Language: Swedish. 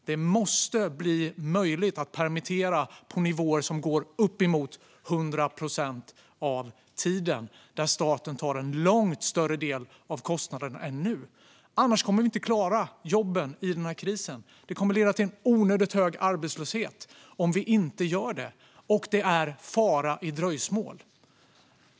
Det måste bli möjligt att permittera på nivåer som når upp till 100 procent av tiden, där staten tar en långt större del av kostnaden än nu. Annars kommer vi inte att klara jobben i denna kris. Det kommer att leda till en onödigt hög arbetslöshet om vi inte gör detta, och det är fara i dröjsmål.